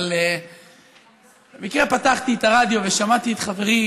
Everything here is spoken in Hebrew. אבל במקרה פתחתי את הרדיו ושמעתי את חברי